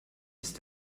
ist